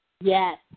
Yes